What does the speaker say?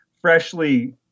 freshly